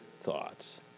thoughts